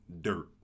dirt